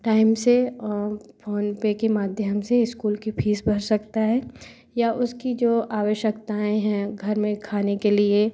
time से PhonePe के माध्यम से इस्कूल की फीस भर सकता है या उसकी जो आवश्यकताएँ हैं घर में खाने के लिए